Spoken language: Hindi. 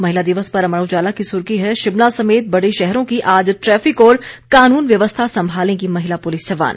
महिला दिवस पर अमर उजाला की सुर्खी है शिमला समेत बड़े शहरों की आज ट्रैफिक और कानून व्यवस्था संभालेंगी महिला पुलिस जवान